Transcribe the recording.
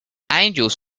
angels